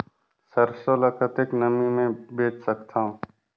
सरसो ल कतेक नमी मे बेच सकथव?